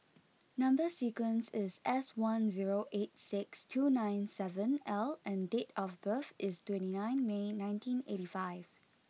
number sequence is S one zero eight six two nine seven L and date of birth is twenty nine May nineteen eighty five